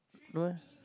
no leh